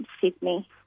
Sydney